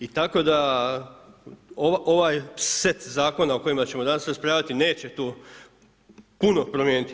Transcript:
I tako da ovaj set zakona o kojima ćemo danas raspravljati neće tu puno promijeniti.